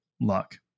luck